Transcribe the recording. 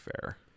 fair